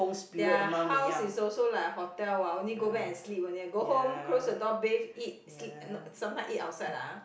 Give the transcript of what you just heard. their house is also like a hotel what only go back and sleep only go home close the door bathe eat sleep no~ sometimes eat outside lah